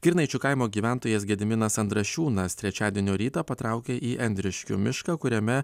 kirnaičių kaimo gyventojas gediminas andrašiūnas trečiadienio rytą patraukė į andriškių mišką kuriame